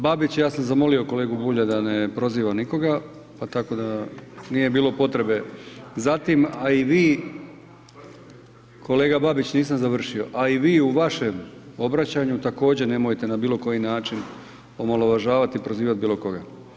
Babić, ja sam zamolio kolegu Bulja da ne proziva nikoga, pa tako da nije bilo potrebe za tim, a i vi, kolega Babić nisam završio, a i vi u vašem obraćanju također nemojte na bilo koji način omalovažavati i prozivat bilo koga.